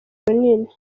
runini